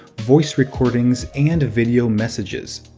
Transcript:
voice recordings, and video messages.